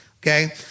okay